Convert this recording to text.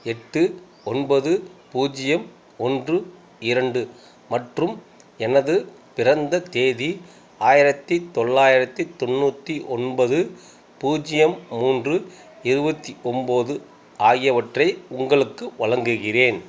எட்டு ஒன்பது பூஜ்ஜியம் ஒன்று இரண்டு மற்றும் எனது பிறந்த தேதி ஆயிரத்தி தொள்ளாயிரத்தி தொண்ணூற்றி ஒன்பது பூஜ்ஜியம் மூன்று இருபத்தி ஒன்போது ஆகியவற்றை உங்களுக்கு வழங்குகிறேன்